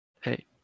Hey